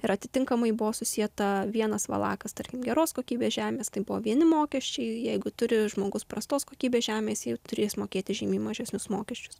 ir atitinkamai buvo susieta vienas valakas tarkim geros kokybės žemės tai buvo vieni mokesčiai jeigu turi žmogus prastos kokybės žemės jau turės mokėti žymiai mažesnius mokesčius